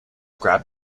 grab